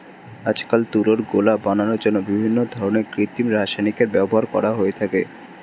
আজকাল তুলোর গোলা বানানোর জন্য বিভিন্ন ধরনের কৃত্রিম রাসায়নিকের ব্যবহার করা হয়ে থাকে